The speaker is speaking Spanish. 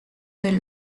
del